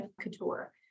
Couture